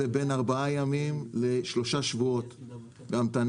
בין ארבעה ימים לשלושה שבועות בהמתנה.